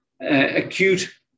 acute